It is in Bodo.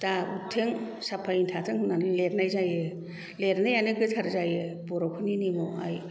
दा हाबथों साफायै थाथों होन्नानै लिरनाय जायो लिरनायानो गोथार जायो बर'फोरनि नेमावहाय